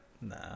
Nah